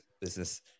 business